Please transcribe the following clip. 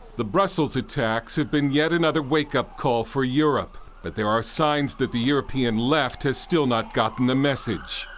the brussels' attacks have been yet another wakeup call for europe. but there are signs that the european left has still not gotten the message.